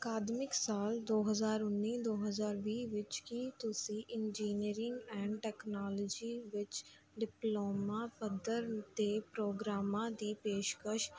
ਅਕਾਦਮਿਕ ਸਾਲ ਦੋ ਹਜ਼ਾਰ ਉੱਨੀ ਦੋ ਹਜ਼ਾਰ ਵੀਹ ਵਿੱਚ ਕੀ ਤੁਸੀਂ ਇੰਜੀਨੀਅਰਿੰਗ ਐਂਡ ਟੈਕਨੋਲਜੀ ਵਿੱਚ ਡਿਪਲੋਮਾ ਪੱਧਰ ਦੇ ਪ੍ਰੋਗਰਾਮਾਂ ਦੀ ਪੇਸ਼ਕਸ਼